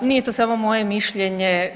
Nije to samo moje mišljenje.